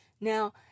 Now